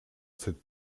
cette